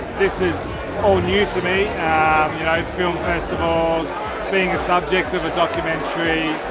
this is all new to me, you know film festivals being a subject of a documentary